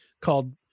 called